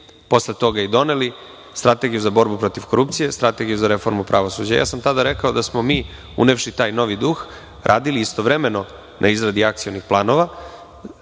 posle toga je i doneli, Strategiju za borbu protiv korupcije, Strategiju za reformu pravosuđa. Tada sam rekao da smo mi, unevši taj novi duh, radili istovremeno na izradi akcionih planova.